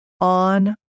on